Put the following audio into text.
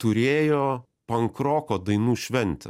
turėjo pankroko dainų šventę